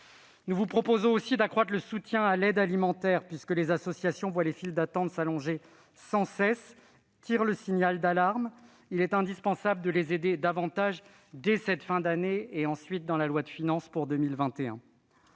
Nous vous proposons également d'accroître le soutien à l'aide alimentaire, car les associations voient les files d'attente s'allonger sans cesse. Elles tirent le signal d'alarme, si bien qu'il est indispensable de les aider davantage dès cette fin d'année, et bien sûr ensuite dans la loi de finances pour 2021.